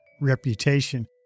reputation